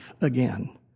again